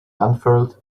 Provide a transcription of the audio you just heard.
unfurled